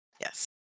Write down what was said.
Yes